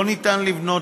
לא ניתן לבנות,